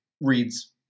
Reads